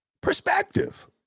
perspective